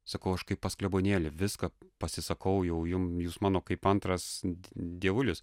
sakau aš kaip pas klebonėlį viską pasisakau jau jums jūs mano kaip antras dievulis